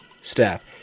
staff